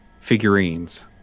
figurines